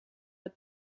het